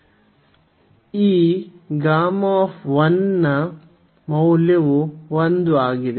ಆದ್ದಈ Γ ನ ಮೌಲ್ಯವು 1 ಆಗಿದೆ